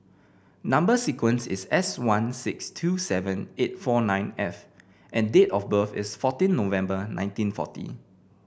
number sequence is S one six two seven eight four nine F and date of birth is fourteen November nineteen forty